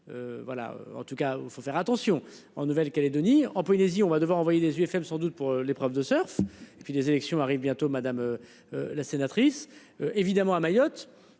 Voilà en tout cas il faut faire attention en Nouvelle-Calédonie, en Polynésie on va devoir envoyer des IUFM, sans doute pour l'épreuve de Surf et puis les élections arrivent bientôt madame. La sénatrice évidemment à Mayotte.